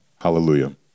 Hallelujah